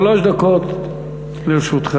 שלוש דקות לרשותך.